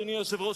אדוני היושב-ראש,